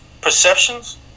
perceptions